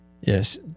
Yes